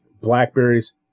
Blackberries